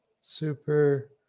Super